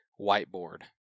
whiteboard